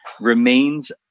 remains